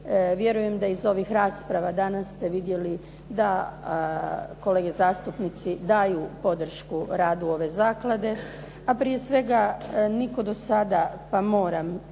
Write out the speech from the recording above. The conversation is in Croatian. Vjerujem da iz ovih rasprava danas ste vidjeli da kolege zastupnici daju podršku radu ove zaklade, a prije svega nitko do sada pa moram